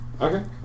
Okay